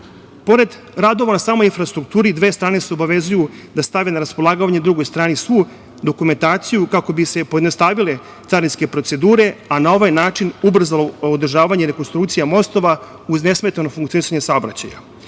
Uvac. Pored radova na samoj infrastrukturi, dve strane se obavezuju da stave na raspolaganje drugoj strani svu dokumentaciju, kako bi se pojednostavile carinske procedure, a na ovaj način ubrzalo održavanje i rekonstrukcija mostova uz nesmetano funkcionisanje saobraćaja.U